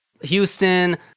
houston